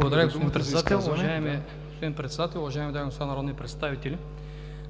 Уважаеми господин Председател, уважаеми дами и господа народни представители!